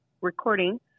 recording